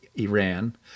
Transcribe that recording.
Iran